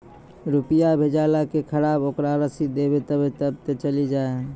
रुपिया भेजाला के खराब ओकरा रसीद देबे तबे कब ते चली जा?